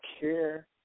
care